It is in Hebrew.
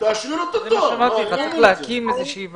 אלה דברים טכניים